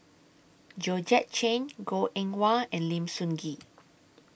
Georgette Chen Goh Eng Wah and Lim Sun Gee